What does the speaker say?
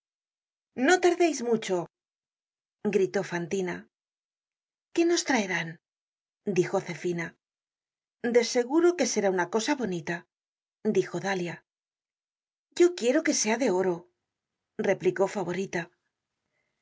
elíseos no'tardeis mucho gritó fantina qué nos traerán dijo zefina de seguro que será una cosa bonita dijo dalia yo quiero que sea de oro replicó favorita